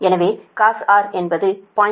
எனவே cosR என்பது 0